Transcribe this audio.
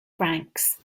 francs